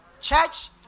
Church